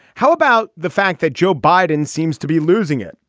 how about the fact that joe biden seems to be losing it.